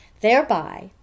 Thereby